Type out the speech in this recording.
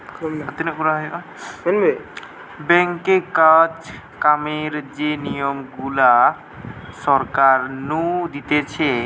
ব্যাঙ্কে কাজ কামের যে নিয়ম গুলা সরকার নু দিতেছে